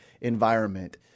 environment